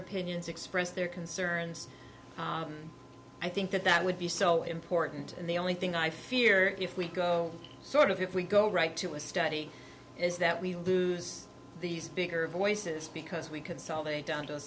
opinions expressed their concerns i think that that would be so important and the only thing i fear if we go sort of if we go right to a study is that we lose these bigger voices because we consolidate down to a